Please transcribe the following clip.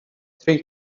three